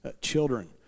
children